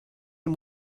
him